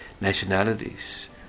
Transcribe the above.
nationalities